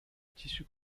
tissu